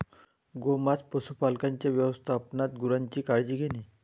गोमांस पशुपालकांच्या व्यवस्थापनात गुरांची काळजी घेणे